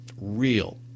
real